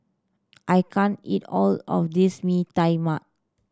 I can't eat all of this Mee Tai Mak